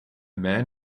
man